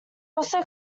also